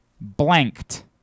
blanked